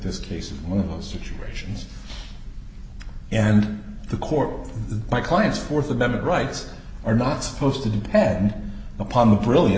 this case is one of those situations and the court my client's th amendment rights are not supposed to depend upon the brilliant